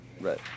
right